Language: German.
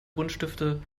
buntstifte